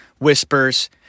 Whispers